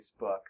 facebook